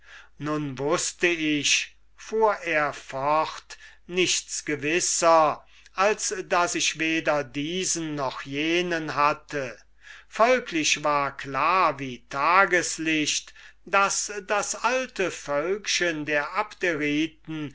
nun wußte ich fuhr er fort nichts gewisser als daß ich weder diesen noch jenen hatte folglich war klar wie taglicht daß das alte völklein der